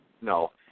No